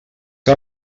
que